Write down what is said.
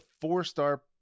four-star